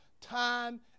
Time